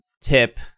tip